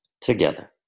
together